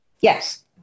Yes